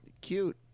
cute